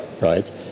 right